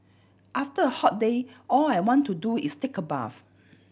after a hot day all I want to do is take a bath